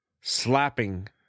slapping